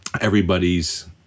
everybody's